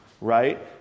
right